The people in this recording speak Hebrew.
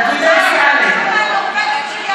תסתכל מה החבר'ה שלך,